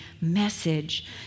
message